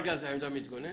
רגע, זאת עמדה מתגוננת?